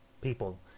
people